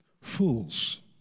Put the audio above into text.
fools